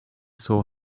saw